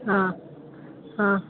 હાં હાં